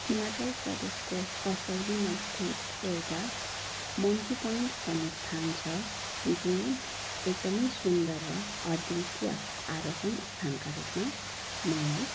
हिमाचल प्रदेशको कसौलीमास्थित एउटा मङ्की पोइन्ट भन्ने स्थान छ जुन एकदमै सुन्दर र अद्वितीय आरोहण स्थानका रूपमा मलाई